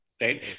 Right